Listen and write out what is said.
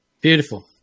Beautiful